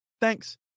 thanks